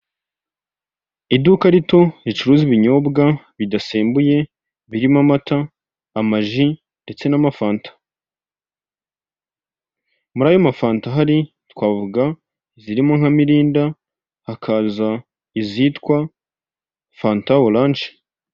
Iduka rito, ricuruza ibinyobwa bidasembuye, birimo amata, amaji, ndetse n'amafanta. Muri ayo mafanta ahari, twafuga izirimo ka mirinda, hakaza izitwa fanta oranje.